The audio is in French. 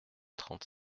trente